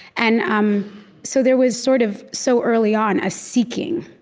and um so there was, sort of so early on, a seeking,